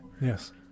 Yes